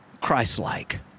Christ-like